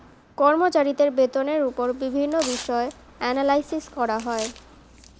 কর্মচারীদের বেতনের উপর বিভিন্ন বিষয়ে অ্যানালাইসিস করা হয়